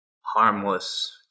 harmless